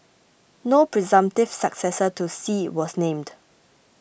no presumptive successor to Xi was named